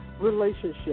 relationship